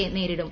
യെ നേരിടും